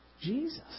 Jesus